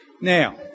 Now